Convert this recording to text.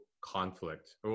conflict